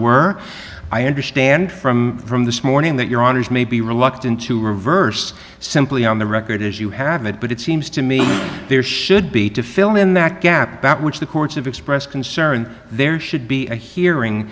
were i understand from from this morning that your honour's may be reluctant to reverse simply on the record as you have it but it seems to me there should be to fill in that gap that which the courts have expressed concern there should be a hearing